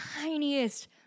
tiniest